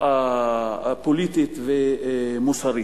בהצטמקות פוליטית ומוסרית,